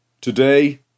Today